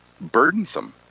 burdensome